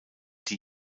die